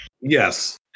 Yes